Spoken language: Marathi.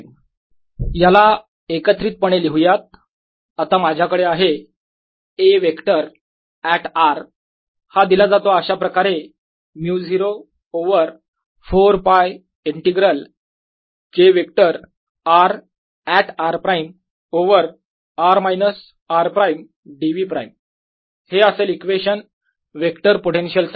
Axr04πjxr।r r।dV Ayr04πjyr।r r।dV Azr04πjzr।r r।dV याला एकत्रितपणे लिहूयात आता माझ्याकडे आहे A वेक्टर ऍट r हा दिला जातो अशा प्रकारे μ0 over 4 π integral j vector r at r prime over r minus r prime dv prime हे असेल इक्वेशन वेक्टर पोटेन्शियल साठी